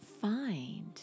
find